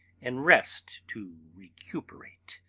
and rest to recuperate.